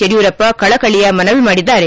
ಯಡಿಯೂರಪ್ಪ ಕಳಕಳಿಯ ಮನವಿ ಮಾಡಿದ್ದಾರೆ